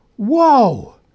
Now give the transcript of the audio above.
Whoa